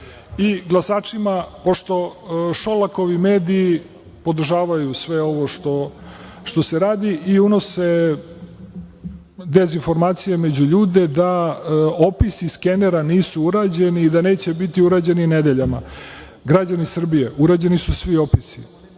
i glasačima, pošto Šolakovi mediji podržavaju sve ovo što se radi i unose dezinformacije među ljude da opisi skenera nisu urađeni i da neće biti urađeni nedeljama. Građani Srbije, urađeni su svi opisi,